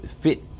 fit